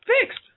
fixed